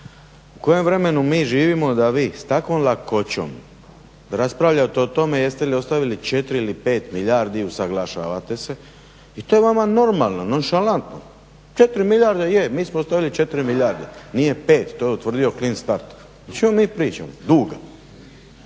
U kojem vremenu mi živimo da vi s takvom lakoćom raspravljate o tome jeste li ostavili 4 ili 5 milijardi i usuglašavate se i to je vama normalno, nonšalantno. 4 milijarde je, mi smo ostavili 4 milijarde, nije 5, to je utvrdio clean start. O čemu mi pričamo, duga.